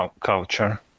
culture